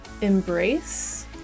embrace